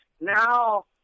Now